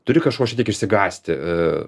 turi kažko šiek tiek išsigąsti